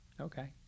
okay